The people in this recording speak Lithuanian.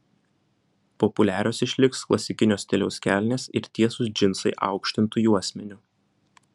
populiarios išliks klasikinio stiliaus kelnės ir tiesūs džinsai aukštintu juosmeniu